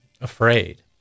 afraid